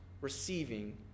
receiving